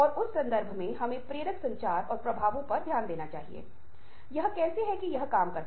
और वे हमारे लिए भावनाओं विचारों और विश्वासों का भी संवाद करते हैं उसे आकार देने का प्रबंधन करते हैं